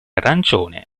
arancione